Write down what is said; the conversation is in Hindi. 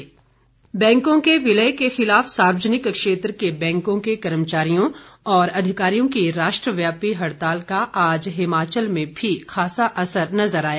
हड़ताल बैंकों के विलय के खिलाफ सार्वजनिक क्षेत्र के बैंकों के कर्मचारियों और अधिकारियों की राष्ट्रव्यापी हड़ताल का आज हिमाचल में भी खासा असर नजर आया